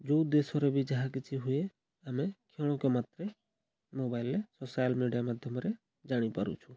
ଯେଉଁ ଦେଶରେ ବି ଯାହା କିଛି ହୁଏ ଆମେ କ୍ଷଣକ ମାତ୍ରେ ମୋବାଇଲରେ ସୋସିଆଲ୍ ମିଡ଼ିଆ ମାଧ୍ୟମରେ ଜାଣିପାରୁଛୁ